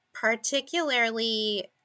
particularly